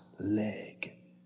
leg